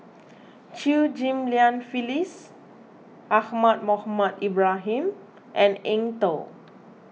Chew Ghim Lian Phyllis Ahmad Mohamed Ibrahim and Eng Tow